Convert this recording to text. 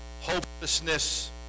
hopelessness